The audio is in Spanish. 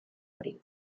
marido